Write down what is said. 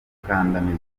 gukandamizwa